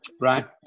Right